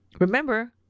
Remember